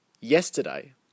yesterday